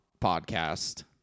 podcast